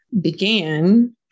began